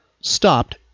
stopped